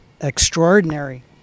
extraordinary